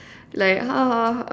like ha ha